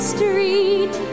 Street